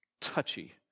touchy